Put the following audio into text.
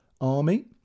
army